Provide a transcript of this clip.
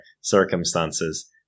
circumstances